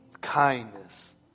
kindness